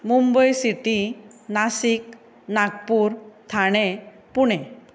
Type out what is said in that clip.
Mumbai city Nashik Nagpur Thane Pune